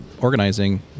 organizing